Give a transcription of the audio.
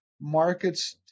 markets